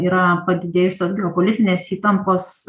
yra padidėjusios geopolitinės įtampos